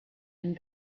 and